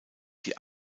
die